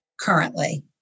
currently